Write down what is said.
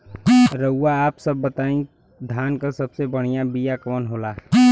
रउआ आप सब बताई धान क सबसे बढ़ियां बिया कवन होला?